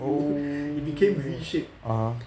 oh (uh huh)